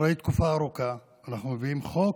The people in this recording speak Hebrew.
אחרי תקופה ארוכה אנחנו מביאים חוק